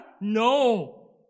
No